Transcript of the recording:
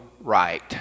right